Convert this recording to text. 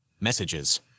Messages